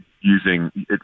using